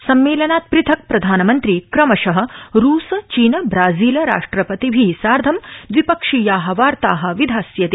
सम्मेलनात् पृथक् प्रधानमन्त्री क्रमश रूस चीन ब्राजील राष्ट्रपतिभि सार्ध द्विपक्षीया वार्ता विधास्यति